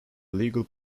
legal